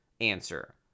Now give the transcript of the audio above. Answer